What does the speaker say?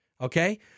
Okay